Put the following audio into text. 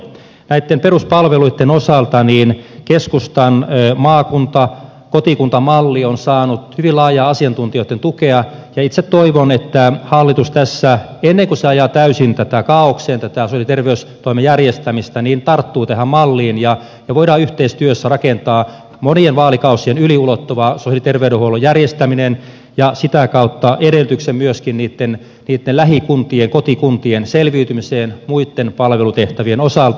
näitten peruspalveluitten osalta keskustan maakuntakotikunta malli on saanut hyvin laajaa asiantuntijoitten tukea ja itse toivon että hallitus tässä ennen kuin se ajaa täysin kaaokseen tätä sosiaali ja terveystoimen järjestämistä tarttuu tähän malliin ja voidaan yhteistyössä rakentaa monien vaalikausien yli ulottuva sosiaali ja terveydenhuollon järjestäminen ja sitä kautta edellytykset myöskin niitten lähikuntien kotikuntien selviytymiseen muitten palvelutehtävien osalta